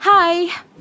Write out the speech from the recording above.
Hi